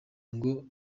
ngo